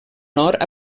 nord